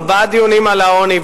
ארבעה דיונים על העוני,